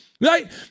right